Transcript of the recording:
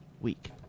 week